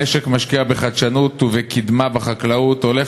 המשק משקיע בחדשנות ובקדמה בחקלאות והולך